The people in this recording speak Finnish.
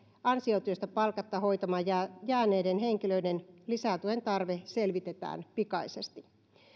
ansiotyöstä palkatta hoitamaan jääneiden henkilöiden lisätuen tarve selvitetään pikaisesti